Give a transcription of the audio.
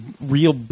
real